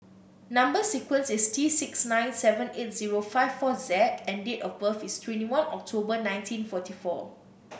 number sequence is T six nine seven eight zero five four Z and date of birth is twenty one October nineteen forty four